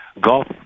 golf